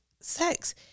sex